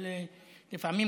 אבל לפעמים,